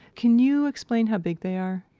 can you explain how big they are?